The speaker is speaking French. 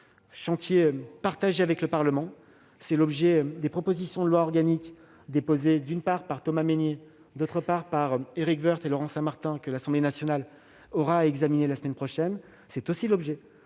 chantier est partagé avec le Parlement, puisque c'est l'objet des propositions de loi organique déposées, d'une part, par Thomas Mesnier, et, d'autre part, par Éric Woerth et Laurent Saint-Martin, que l'Assemblée nationale aura à examiner la semaine prochaine. C'est aussi l'objet